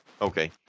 Okay